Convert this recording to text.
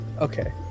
Okay